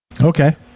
Okay